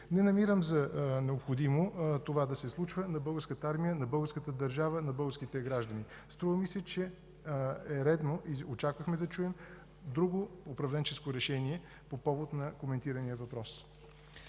Не намирам за необходимо това да се случва на българската армия, на българската държава, на българските граждани. Струва ми се, че е редно и очаквахме да чуем друго управленческо решение по повод на коментирания въпрос.